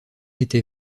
était